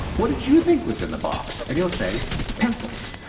what did you think was in the box? and he'll say pencils.